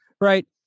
Right